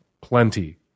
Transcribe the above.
plenty